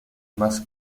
más